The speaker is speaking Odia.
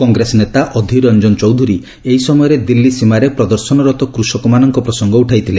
କଂଗ୍ରେସ ନେତା ଅଧୀର ରଞ୍ଜନ ଚୌଧୁରୀ ଏହି ସମୟରେ ଦିଲ୍ଲୀ ସୀମାରେ ପ୍ରଦର୍ଶନରତ କୃଷକମାନଙ୍କ ପ୍ରସଙ୍ଗ ଉଠାଇଥିଲେ